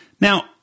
Now